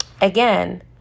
again